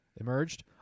emerged